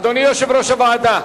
אדוני יושב-ראש הוועדה,